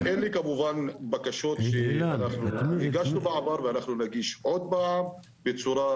אלה בקשות שהגשנו בעבר ונגיש שוב בצורה